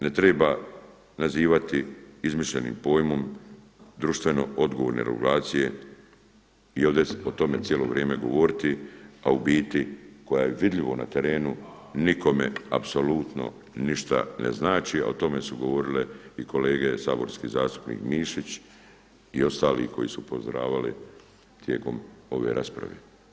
Ne treba nazivati izmišljenim pojmom društveno odgovorne regulacije i o tome cijelo vrijeme govoriti, a u biti koja je vidljivo na terenu nikome apsolutno ništa ne znači, a o tome su govorile i kolege saborski zastupnik Mišići i ostali koji su upozoravali tijekom ove rasprave.